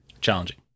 Challenging